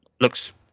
looks